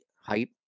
hype